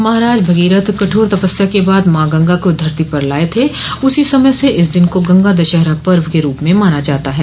महाराज भगीरथ कठोर तपस्या के बाद माँ गंगा को धरती पर लाये थे उसी समय से इस दिन को गंगा दशहरा पर्व के रूप में माना जाता है